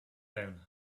down